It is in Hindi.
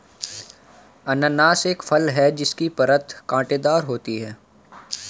अनन्नास एक फल है जिसकी परत कांटेदार होती है